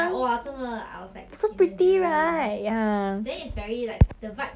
everybody just very like relaxed just 吃 sandwich by the river 走走